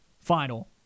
final